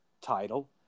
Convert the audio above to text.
title